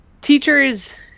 teachers